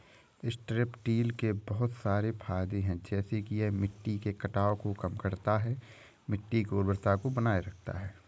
strip till के बहुत सारे फायदे हैं जैसे कि यह मिट्टी के कटाव को कम करता है, मिट्टी की उर्वरता को बनाए रखता है